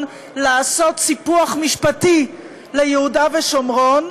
לעשות סיפוח משפטי ליהודה ושומרון,